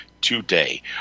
today